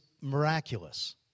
miraculous